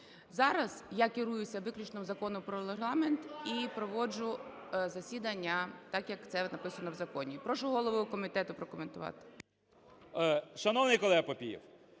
Зараз я керуюся виключно Законом про Регламент і проводжу засідання так, як це написано в законі. Прошу голову комітету прокоментувати.